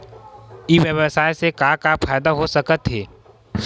ई व्यवसाय से का का फ़ायदा हो सकत हे?